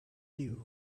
due